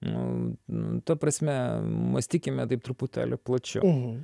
nu ta prasme mąstykime taip truputėlį plačiau